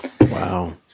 Wow